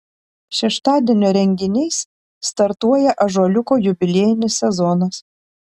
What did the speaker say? šeštadienio renginiais startuoja ąžuoliuko jubiliejinis sezonas